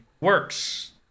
works